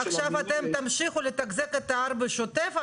עכשיו תמשיכו לתחזק את ההר בשוטף,